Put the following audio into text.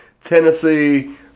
tennessee